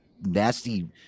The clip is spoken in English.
nasty